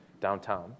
downtown